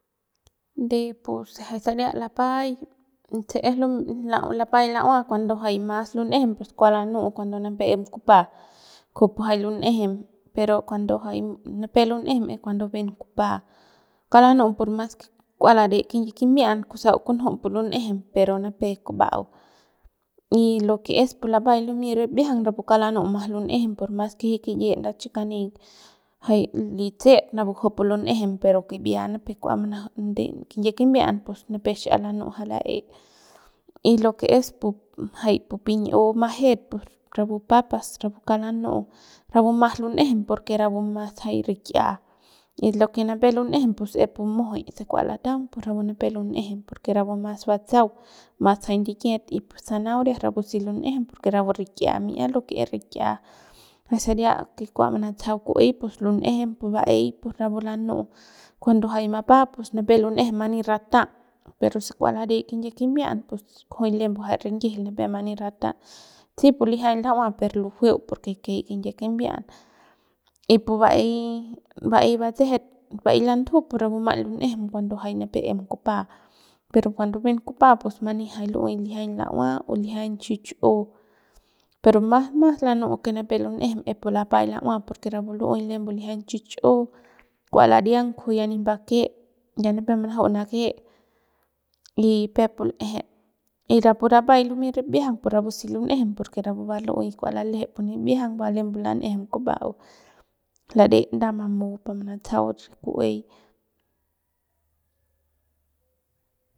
De pu se jay saria lapay se es lu lapay la'ua cuando jay mas lun'ejem pus kua lanu'u cuando nipep em kupa kujupu jay lun'ejem pero jay cuando nipep lun'ejem es cuando bien kupa kauk lanu'u mas que kua lade kinyie kimbi'an kusau kunju pu lun'ejem pero nipep kuba'au y lo que es pu lapay lumey ribiajang rapu kauk lanu'u mas lun'ejem por mas que jiuk kiyi nda chi kani jay li tsi'it napu kupu lun'ejem pero kibia nipep kua manaju de kinyie kimbia'an pus nipep xi'iap lanu'u ja la'e y lo que es jay pu pin'iu majet pus rapu papas rapu kauk lanu'u ramu mas lun'ejem porque rapu mas jay rik'ia y lo que nipep lun'ejem pus es pu mujuy se kua lataung pus rapu nipep lun'ejem porque rapu mas batsa'au mas jay ndikiet y pu zanahoria rapu si lun'ejem porque rapu rik'ia mi'ia lo que es rik'ia jay saria que kua manatsajau ku'uey pus lun'ejem pu ba'ey pus rapu lanu'u cuando jay mapa pus nipep lun'ejem mani rata'a pero si kua lare kinyie kimbia'an pus kujuy lembu jay rinyijil nipep mani rata'a si pu lijiañ la'ua per lujueu porque kei kinyie kimbian y pu ba'ey ba'ey batsejet ba'ay lantuju pus rapu maiñ lun'ejem cuando nipep em kupa pero cuando bien kupa pus mani jay mani lu'uey lijiañ la'ua o lijiañ xich'u pero mas mas lanu'u nipep lun'ejem es pu lapay la'ua porque rapu lu'uey lembu lijiañ xich'u kua ladiang kujuy ya nip mbake ya nipep manaju'u nake y peuk pu l'eje y rapu lapay lumey ribiajang pus rapu si lun'ejem porque rapu va lu'uey kua lalejep pu nibiajang va lembu lanejem kuba'au lare nda mamu pa manatsajau ku'uey.